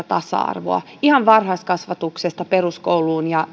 tasa arvoa ihan varhaiskasvatuksesta peruskouluun ja